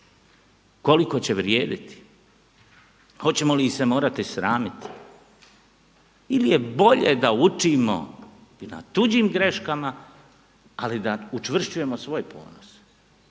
Koliko će vrijediti? Hoćemo li se morati sramiti ili je bolje da učimo i na tuđim greškama, ali da učvršćujemo svoj ponos.